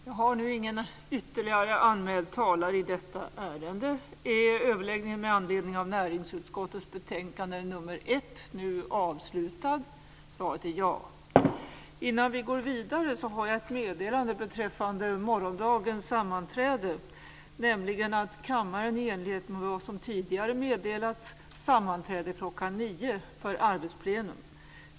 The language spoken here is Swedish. Fru talman! De snilleblixtar jag träffar våndas inte, utan de är fyllda av idéer och inspiration och vill verkligen jobba framåt. Jag träffar inte samma snilleblixtar. Jag upprepar: Jag tror inte att jag ska utfärda några garantier. Jag tror inte att Eva Flyborg eller någon annan kan göra det heller. Garantier ska man vara försiktig med. Det är bra att det finns många aktörer. Kan man inte gå till den ena kan man gå till nästa och få hjälp.